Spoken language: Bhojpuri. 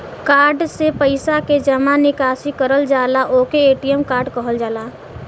कार्ड से पइसा के जमा निकासी करल जाला ओके ए.टी.एम कार्ड कहल जाला